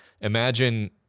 imagine